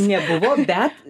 nebuvo bet